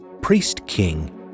priest-king